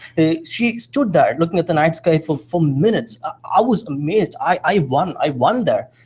she stood there looking at the night sky for for minutes. i was amazed i won! i won there.